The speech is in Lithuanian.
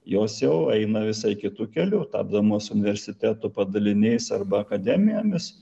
jos jau eina visai kitu keliu tapdamos universitetų padaliniais arba akademijomis